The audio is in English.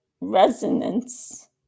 resonance